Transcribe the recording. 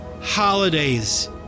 holidays